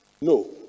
No